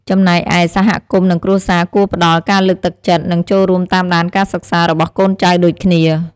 ចំណែកឯ សហគមន៍ និងគ្រួសារគួរផ្ដល់ ការលើកទឹកចិត្ត និង ចូលរួមតាមដានការសិក្សា របស់កូនចៅដូចគ្នា។